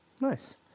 Nice